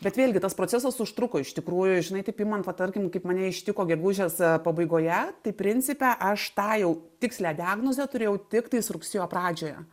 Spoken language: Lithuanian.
bet vėlgi tas procesas užtruko iš tikrųjų žinai taip imant va tarkim kaip mane ištiko gegužės pabaigoje tai principe aš tą jau tikslią diagnozę turėjau tiktais rugsėjo pradžioje